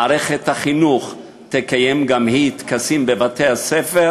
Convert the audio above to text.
מערכת החינוך תקיים גם היא טקסים בבתי-הספר,